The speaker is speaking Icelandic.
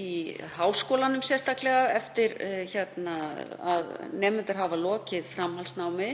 í háskólanum sérstaklega eftir að nemendur hafa lokið framhaldsnámi